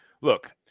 look